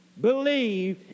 believe